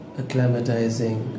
acclimatizing